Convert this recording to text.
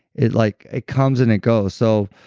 it like it comes in it goes. so,